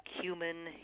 human